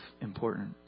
important